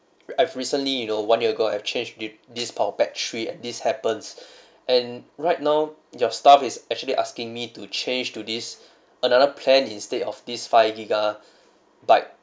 I've recently you know one year ago I've changed th~ this power pack three and this happens and right now your staff is actually asking me to change to this another plan instead of this five gigabyte